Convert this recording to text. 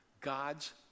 God's